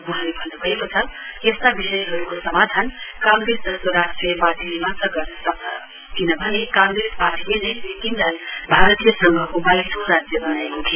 वहाँले भन्न् भएको छ यस्ता विषयहरूको समाधान कांग्रेस जस्तो राष्ट्रिय पार्टीले मात्र गर्न सक्छ किनभने कांग्रेस पार्टीले नै सिक्किमलाई भारतीय संघको बाइसौं राज्य बनाएको थियो